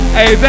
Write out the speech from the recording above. Hey